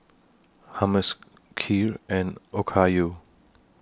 Hummus Kheer and Okayu